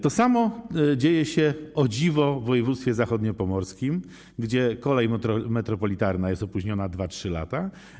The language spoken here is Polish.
To samo dzieje się, o dziwo, w województwie zachodniopomorskim, gdzie kolej metropolitarna jest opóźniona o 2–3 lata.